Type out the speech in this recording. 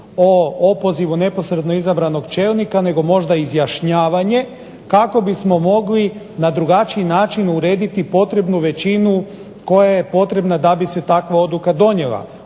o opozivu neposredno izabranog čelnika nego možda o izjašnjavanje, kako bismo mogli na drugačiji način urediti potrebnu većinu koja je potrebna da bi se takva odluka donijela.